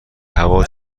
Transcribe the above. هوا